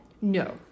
No